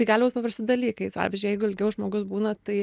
tai gali būt paprasti dalykai pavyzdžiui jeigu ilgiau žmogus būna tai